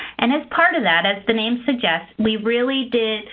and as part of that, as the name suggests, we really did